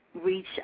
reach